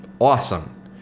Awesome